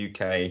uk